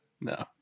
no